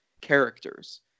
characters